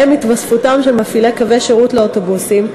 ובהם התווספותם של מפעלי קווי שירות לאוטובוסים,